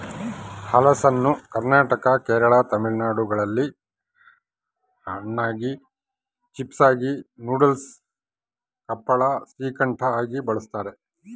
ಹಲಸನ್ನು ಕರ್ನಾಟಕ ಕೇರಳ ತಮಿಳುನಾಡುಗಳಲ್ಲಿ ಹಣ್ಣಾಗಿ, ಚಿಪ್ಸಾಗಿ, ನೂಡಲ್ಸ್, ಹಪ್ಪಳ, ಶ್ರೀಕಂಠ ಆಗಿ ಬಳಸ್ತಾರ